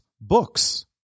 books